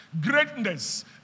greatness